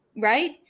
right